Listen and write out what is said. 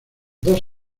dos